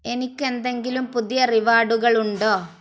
എനിക്ക് എന്തെങ്കിലും പുതിയ റിവാഡുകൾ ഉണ്ടോ